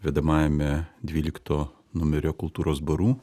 vedamajame dvylikto numerio kultūros barų